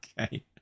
Okay